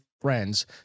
friends